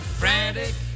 frantic